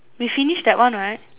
we finish that one right